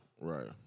right